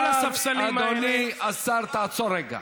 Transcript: כל הספסלים האלה, אדוני השר, תעצור רגע.